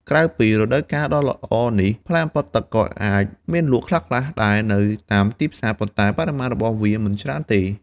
ក្រៅពីរដូវកាលដ៏ល្អនេះ ផ្លែអម្ពិលទឹកក៏អាចមានលក់ខ្លះៗដែរនៅតាមទីផ្សារ ប៉ុន្តែបរិមាណរបស់វាមិនច្រើនទេ។